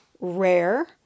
rare